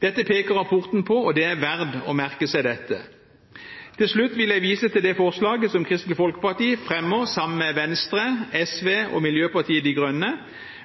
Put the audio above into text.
Dette peker rapporten på, og det er verdt å merke seg dette. Til slutt vil jeg vise til det forslaget som Kristelig Folkeparti fremmer sammen med Venstre, SV og Miljøpartiet De Grønne,